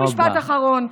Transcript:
רק משפט אחרון.